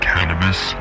Cannabis